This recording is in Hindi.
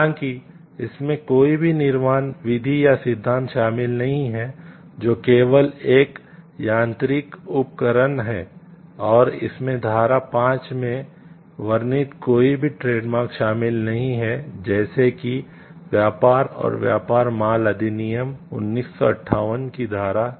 हालांकि इसमें कोई भी निर्माण विधि या सिद्धांत शामिल नहीं है जो केवल एक यांत्रिक उपकरण है और इसमें धारा 5 में वर्णित कोई भी ट्रेडमार्क शामिल नहीं है जैसे कि व्यापार और व्यापार माल अधिनियम 1958 की धारा